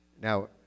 Now